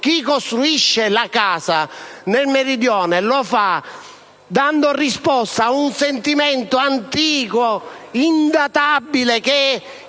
chi costruisce la casa nel Meridione lo fa dando risposta a un sentimento antico, indatabile, che si